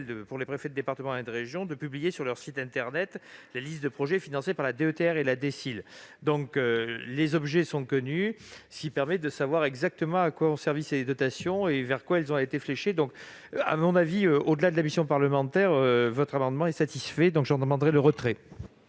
Or les préfets de département et de région ont l'obligation de publier sur leur site internet les listes de projets financés par la DETR et la DSIL. Les objets sont connus, ce qui permet de savoir exactement à quoi ont servi ces dotations et vers quoi elles ont été fléchées. À mon avis, au-delà de la mission parlementaire, ces amendements sont satisfaits. J'en demanderai donc le retrait.